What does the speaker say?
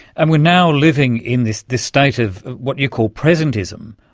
and we're now living in this this state of what you call presentism,